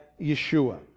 Yeshua